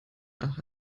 hatte